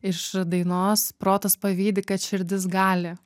iš dainos protas pavydi kad širdis gali